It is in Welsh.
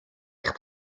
eich